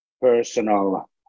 personal